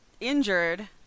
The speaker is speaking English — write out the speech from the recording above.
injured